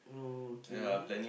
oh okay